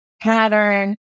pattern